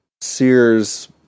sears